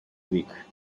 week